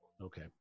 Okay